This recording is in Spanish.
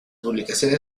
publicaciones